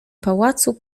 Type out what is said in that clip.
pałacu